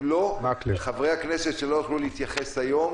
אם לא, חברי הכנסת שלא יוכלו להתייחס היום